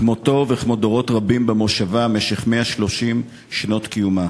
כמותו וכמו דורות רבים במושבה משך 130 שנות קיומה,